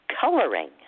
coloring